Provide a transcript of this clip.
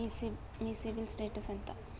మీ CIBIL status ఎంత?